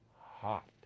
hot